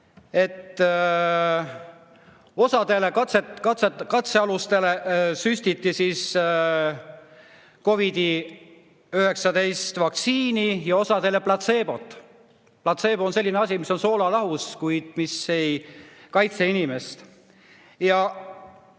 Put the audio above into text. et osadele katsealustele süstiti COVID‑19 vaktsiini ja osadele platseebot. Platseebo on selline asi, mis on soolalahus, mis ei kaitse inimest.